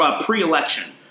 pre-election